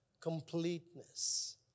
completeness